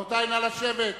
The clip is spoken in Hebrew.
רבותי, נא לשבת.